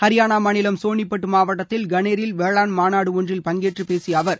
ஹரியானா மாநிலம் சோனிபட் மாவட்டத்தில் கனோரில் வேளாண் மாநாடு ஒன்றில் பங்கேற்று பேசிய அவர்